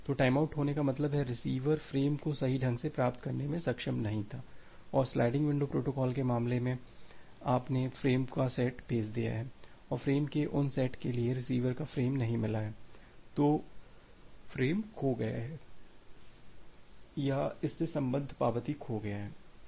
तो टाइमआउट होने का मतलब है रिसीवर फ्रेम को सही ढंग से प्राप्त करने में सक्षम नहीं था और स्लाइडिंग विंडो प्रोटोकॉल के मामले में आपने फ़्रेम का सेट भेज दिया है और फ़्रेम के उन सेट के लिए रिसीवर को फ़्रेम नहीं मिला है या तो फ़्रेम खो गया है या इससे सम्बद्ध पावती खो गया है